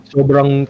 Sobrang